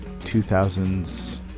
2000s